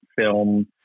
film